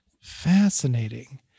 Fascinating